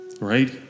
Right